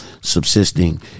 subsisting